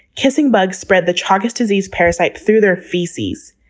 kissing bugs spread the chagas disease parasite through their feces.